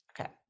okay